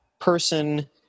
person